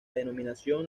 denominación